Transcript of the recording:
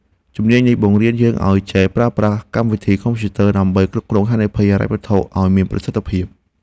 ជំនាញនេះបង្រៀនឱ្យយើងចេះប្រើប្រាស់កម្មវិធីកុំព្យូទ័រដើម្បីគ្រប់គ្រងហានិភ័យហិរញ្ញវត្ថុឱ្យមានប្រសិទ្ធភាព។